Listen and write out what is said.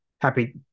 happy